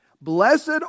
blessed